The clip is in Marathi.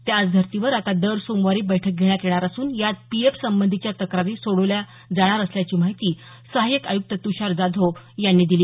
त्याच धर्तीवर आता दर सोमवारी बैठक घेण्यात येणार असून यात पीएफसंबंधीच्या तक्रारी सोडविल्या जाणार असल्याची माहिती सहायक आयुक्त तुषार जाधव यांनी दिली